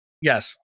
Yes